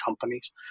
companies